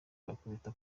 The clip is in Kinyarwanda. bakubita